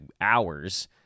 hours